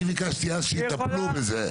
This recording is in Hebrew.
אני ביקשתי אז שיטפלו בזה,